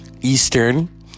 Eastern